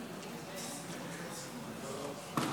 38), התשפ"ד 2026,